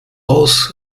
aus